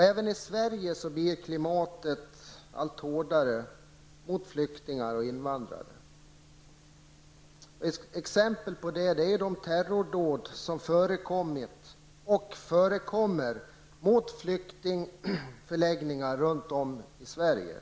Även i Sverige blir klimatet för flyktingar och invandrare allt hårdare. Exempel på det är de terrordåd som har förekommit och förekommer mot flyktingförläggningar runt om i Sverige.